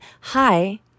hi